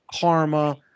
karma